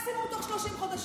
מקסימום תוך 30 חודשים.